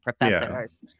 professors